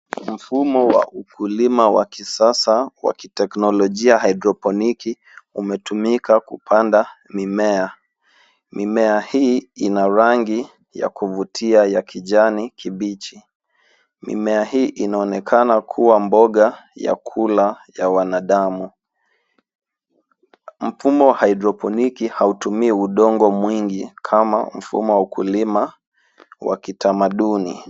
Mfumo wa ukulima wa kisasa wa kiteknolojia ya haedroponiki unatumika kupanda mimea. Mimea hii ina rangi ya kuvutia ya kijani kibichi. Mimea hii inaonekana kuwa mboga ya kula ya wanadamu. Mfumo wa haedroponiki hautumii udongo mwingi kama mfumo wa ukulima wa kitamaduni.